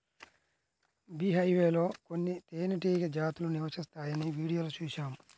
beehive లో కొన్ని తేనెటీగ జాతులు నివసిస్తాయని వీడియోలో చూశాను